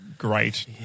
Great